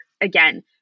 again